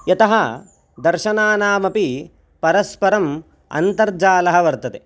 यतः दर्शनानामपि परस्परम् अन्तर्जालः वर्तते